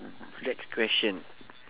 next question